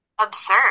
absurd